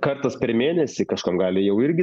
kartas per mėnesį kažkam gali jau irgi